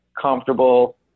comfortable